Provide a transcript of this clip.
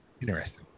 Interesting